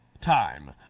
time